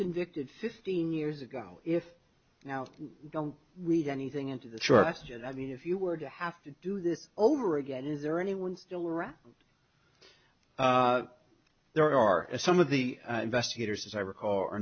convicted fifteen years ago if now don't read anything into the charges i mean if you were to have to do this over again is there anyone still around there are some of the investigators as i recall are